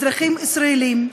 אזרחים ישראלים,